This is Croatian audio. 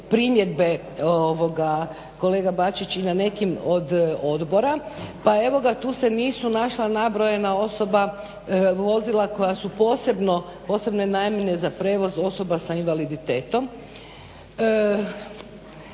primjedbe kolega Bačić i na nekim od odbora pa evo ga tu se nisu našla nabrojena vozila koja su posebne namjene za prijevoz osoba sa invaliditetom,